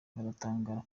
baratangara